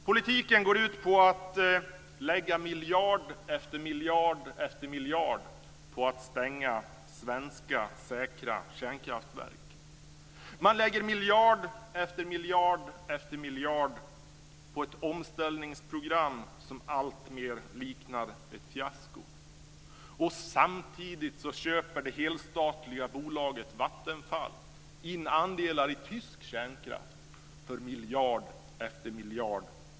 Politiken går ut på att lägga miljard efter miljard på att stänga svenska, säkra kärnkraftverk. Man lägger miljard efter miljard på ett omställningsprogram som alltmer liknar ett fiasko. Samtidigt köper det helstatliga bolaget Vattenfall in andelar i tysk kärnkraft för miljard efter miljard.